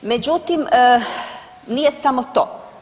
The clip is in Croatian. Međutim, nije samo to.